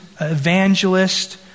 evangelist